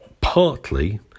partly